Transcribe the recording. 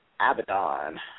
Abaddon